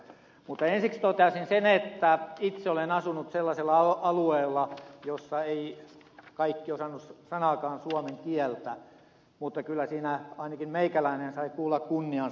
mutta ensiksi toteaisin sen että itse olen asunut sellaisella alueella jossa eivät kaikki osanneet sanaakaan suomen kieltä mutta kyllä siinä ainakin meikäläinen sai kuulla kunniansa